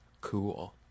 cool